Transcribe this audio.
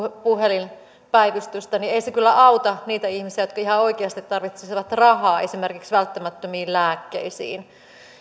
puhelinpäivystystä niin ei se kyllä auta niitä ihmisiä jotka ihan oikeasti tarvitsisivat rahaa esimerkiksi välttämättömiin lääkkeisiin